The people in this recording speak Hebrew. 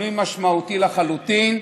שינוי משמעותי לחלוטין.